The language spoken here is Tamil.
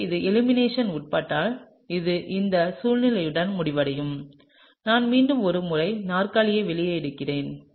எனவே இது எலிமினேஷன் உட்பட்டால் இது இந்த சூழ்நிலையுடன் முடிவடையும் நான் மீண்டும் ஒரு முறை நாற்காலியை வெளியே விடுகிறேன்